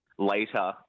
Later